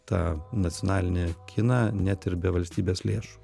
tą nacionalinį kiną net ir be valstybės lėšų